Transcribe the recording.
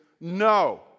no